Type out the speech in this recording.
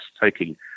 taking